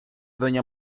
doña